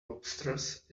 lobsters